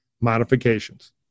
modifications